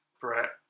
Brett